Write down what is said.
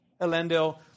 Elendil